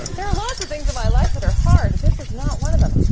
there are lots of things in my life that are hard. this is not one of them.